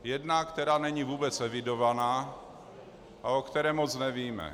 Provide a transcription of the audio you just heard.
Jedna, která není vůbec evidovaná a o které moc nevíme.